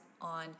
on